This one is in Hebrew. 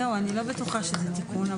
זהו, אני לא בטוחה שזה תיקון.